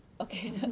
Okay